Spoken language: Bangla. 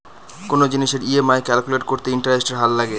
কোনো জিনিসের ই.এম.আই ক্যালকুলেট করতে ইন্টারেস্টের হার লাগে